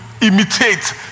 imitate